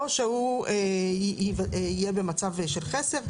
או שהוא יהיה במצב של חסר,